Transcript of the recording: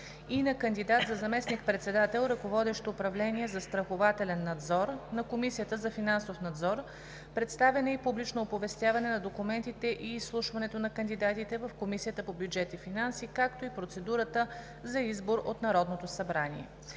и на кандидат за заместник-председател, ръководещ управление „Застрахователен надзор“, на Комисията за финансов надзор, представяне и публично оповестяване на документите и изслушването на кандидатите в Комисията по бюджет и финанси, както и процедурата за избор от Народното събрание